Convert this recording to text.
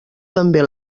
també